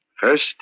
First